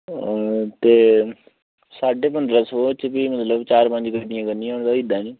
ते साढे पन्दरां सौ च बी मतलब चार पंज गड्डियां करनियां होन तां होईं दा नि